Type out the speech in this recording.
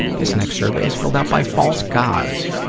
this next survey is filled out by false gods.